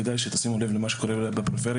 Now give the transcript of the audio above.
כדאי שתשימו לב למה שקורה בפריפריה.